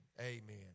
Amen